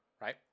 right